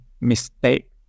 mistake